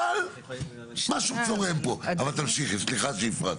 אבל, תמשיכי, סליחה שהפרעתי,